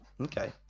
Okay